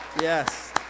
Yes